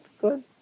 good